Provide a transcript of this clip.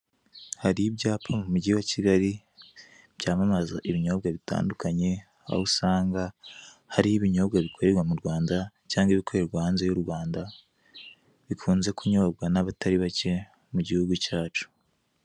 Hari ibyapa mu mugi wa Kigali byamamaza ibinyobwa bitandukanye, aho usanga hariho ibinyobwa bikorerwa mu Rwanda cyangwa ibikorerwa hanze y'u Rwanda, bikunze kunyobwa n'abatari bake mu gihugu cyacu.